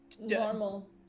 normal